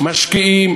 משקיעים,